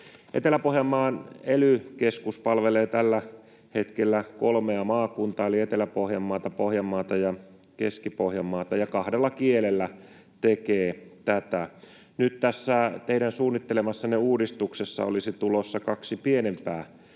Etelä-Pohjanmaan ely-keskus palvelee tällä hetkellä kolmea maakuntaa, eli Etelä-Pohjanmaata, Pohjanmaata ja Keski-Pohjanmaata, ja kahdella kielellä tekee tätä. Nyt tässä teidän suunnittelemassanne uudistuksessa olisi tulossa kaksi pienempää